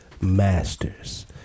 Masters